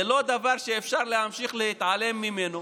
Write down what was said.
זה לא דבר שאפשר להמשיך להתעלם ממנו.